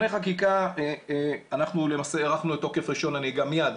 אנחנו הארכנו את תוקף רישיון הנהיגה מיד,